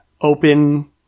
open